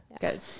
Good